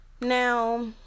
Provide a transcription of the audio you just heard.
Now